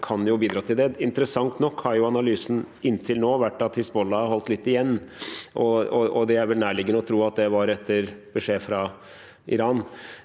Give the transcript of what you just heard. kan bidra til det. Interessant nok har analysen inntil nå vært at Hizbollah har holdt litt igjen, og det er vel nærliggende å tro at det var etter beskjed fra Iran.